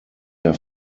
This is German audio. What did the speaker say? der